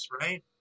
right